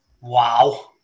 Wow